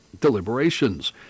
deliberations